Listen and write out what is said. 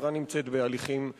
החברה נמצאת בהליכים משפטיים.